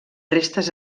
restes